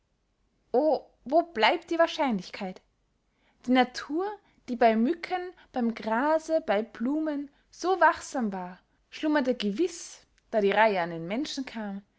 wo bleibt die wahrscheinlichkeit die natur die bey mücken beym grase bey blumen so wachsam war schlummerte gewiß da die reihe an den menschen kam